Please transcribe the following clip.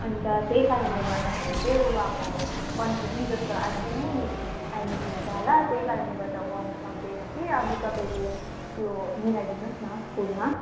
अन्त त्यही कारणले गर्दाखेरि चह्ही ऊ अब पन्ध्र दिन जस्तो आझै नै एड्मिट हुन्छ होला त्यही कारणले गर्दा ऊ आउनु सक्दैन कि अब तपाईँले त्यो मिलाइ दिनुहोस् न स्कुलमा